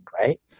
Right